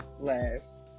last